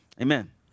Amen